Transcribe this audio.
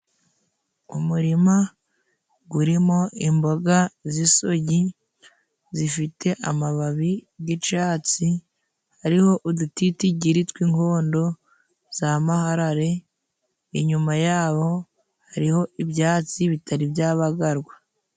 Umurima urimo imboga z'isogi zifite amababi g'icatsi, hariho udutitigiri tw'inkondo za maharare, inyuma yabo hariho ibyatsi bitari byabagarwa.